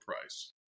price